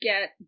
get